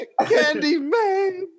Candyman